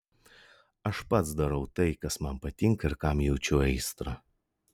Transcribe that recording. aš pats darau tai kas man patinka ir kam jaučiu aistrą